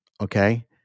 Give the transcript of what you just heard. Okay